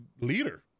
leader